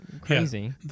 crazy